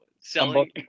Selling